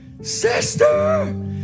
sister